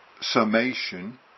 summation